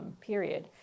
period